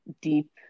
deep